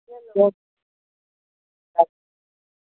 से अच्छा